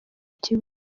kibuga